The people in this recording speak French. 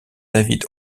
david